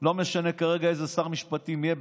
לא משנה כרגע איזה שר משפטים יהיה,